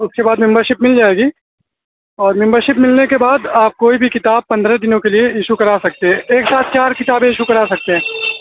اس کے بعد membership مل جائے گی اور ممبر شپ ملنے کے بعد آپ کوئی بھی کتاب پندرہ دنوں کے لیے ایشو کرا سکتے ہیں ایک ساتھ چار کتابیں ایشو کرا سکتے ہیں